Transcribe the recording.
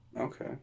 Okay